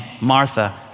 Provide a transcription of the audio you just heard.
Martha